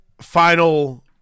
final